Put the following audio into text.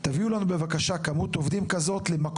אבל בפועל פחות עובדים עבדו בביומטרי